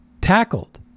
tackled